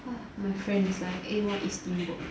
my friend is like eh want eat steamboat